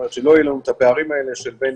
שלא יהיו לנו את הפערים האלה של בין